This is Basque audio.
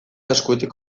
eskutik